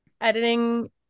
editing